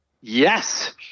Yes